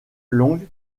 long